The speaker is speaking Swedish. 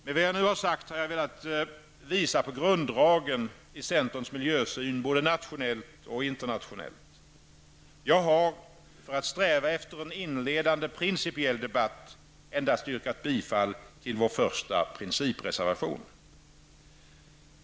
Med vad jag nu sagt har jag velat visa på grunddragen i centerns miljösyn både nationellt och internationellt. Jag har -- för att sträva efter en inledande principiell debatt -- endast yrkat bifall till vår första principreservation.